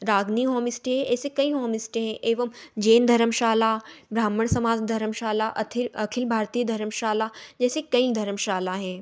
Ragini home stay एसे कई home stay हैं एवम जेन धर्मशाला ब्राह्मण समाज धर्मशाला अथिर अखिल भारतीय धर्मशाला जैसे कई धर्मशाला हैं